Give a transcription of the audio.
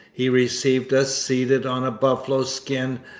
he received us seated on a buffalo skin,